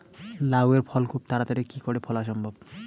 লাউ এর ফল খুব তাড়াতাড়ি কি করে ফলা সম্ভব?